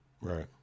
Right